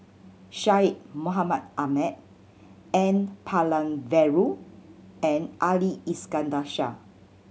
Syed Mohamed Ahmed N Palanivelu and Ali Iskandar Shah